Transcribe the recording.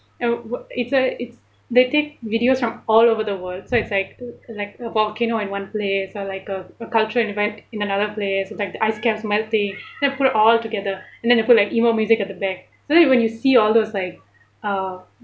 oh it's a it's they take videos from all over the world so it's like it's like a volcano in one place or like a a cultural event in another place and like the ice caps melting then they put it all together and then it will put like emo music at the back they when you see all those like uh